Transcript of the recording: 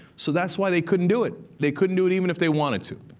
so that's why they couldn't do it. they couldn't do it even if they wanted to.